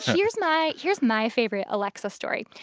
here's my here's my favorite alexa story.